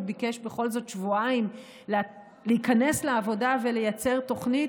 הוא ביקש בכל זאת שבועיים להיכנס לעבודה ולייצר תוכנית,